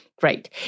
Great